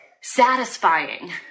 satisfying